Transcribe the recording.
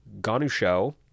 ganusho